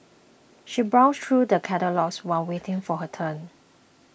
she browsed through the catalogues while waiting for her turn